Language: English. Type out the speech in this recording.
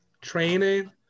training